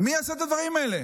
מי עשה את הדברים האלה?